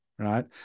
right